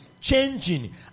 changing